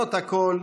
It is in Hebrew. למרות הכול,